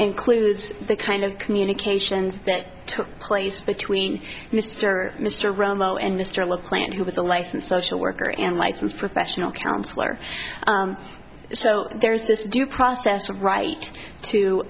includes the kind of communications that took place between mr mr rollo and mr look plant who was a licensed social worker and licensed professional counselor so there's this due process right to